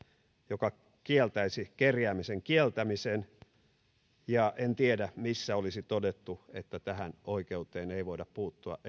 joka kieltäisi kerjäämisen kieltämisen enkä tiedä missä olisi todettu että tähän oikeuteen ei voida puuttua